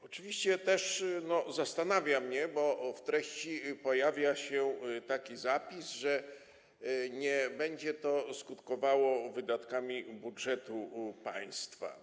Oczywiście zastanawia mnie, bo w treści pojawia się taki zapis, że nie będzie to skutkowało wydatkami z budżetu państwa.